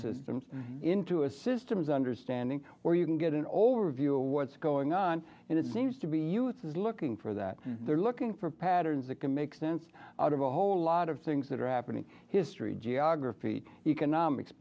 systems into a systems understanding where you can get an overview of what's going on and it seems to be us is looking for that they're looking for patterns that can make sense out of a whole lot of things that are happening history geography economics